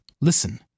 Listen